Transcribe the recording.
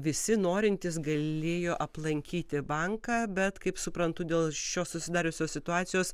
visi norintys galėjo aplankyti banką bet kaip suprantu dėl šios susidariusios situacijos